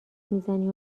میزنی